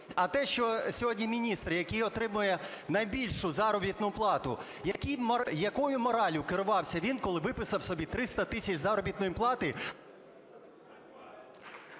А те, що сьогодні міністр, який отримує найбільшу заробітну плату, якою мораллю керувався він, коли виписав собі 300 тисяч заробітної плати…